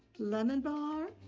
lemon bar?